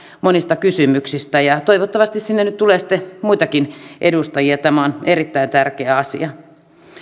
monista kysymyksistä toivottavasti sinne nyt tulee muitakin edustajia tämä on erittäin tärkeä asia